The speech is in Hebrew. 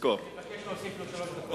אני מבקש להוסיף לו עוד שלוש דקות.